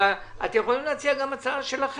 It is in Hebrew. אבל אתם יכולים להציע גם הצעה שלכם.